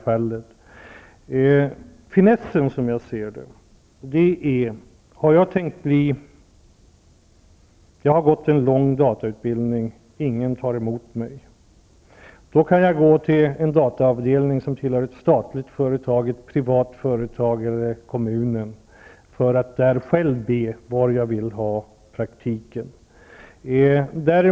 Finessen, som jag ser det, är att om jag har gått en lång datautbildning och ingen arbetsgivare tar emot mig kan jag gå till en dataavdelning som tillhör ett statligt företag, ett privat företag eller ett kommunalt företag för att själv be att få praktiken där.